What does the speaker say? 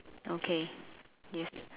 okay yes